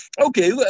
okay